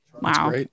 Wow